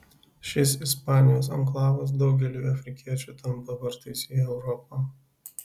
šis ispanijos anklavas daugeliui afrikiečių tampa vartais į europą